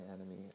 enemy